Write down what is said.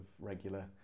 regular